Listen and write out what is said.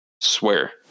Swear